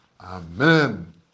Amen